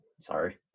Sorry